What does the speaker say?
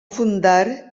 fundar